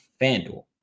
FanDuel